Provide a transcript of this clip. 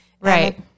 right